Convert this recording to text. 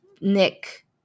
Nick